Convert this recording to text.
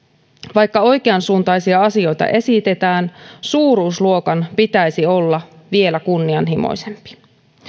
vaikka oikeansuuntaisia asioita esitetään suuruusluokan pitäisi olla vielä kunnianhimoisempi